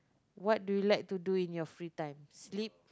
what do you like to do in your free time sleep